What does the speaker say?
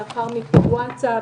לאחר מכן וואטסאפ,